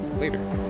later